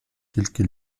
тільки